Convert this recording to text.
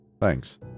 Thanks